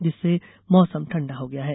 जिससे मौसम ठंडा हो गया है